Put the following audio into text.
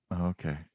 Okay